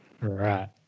Right